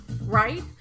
Right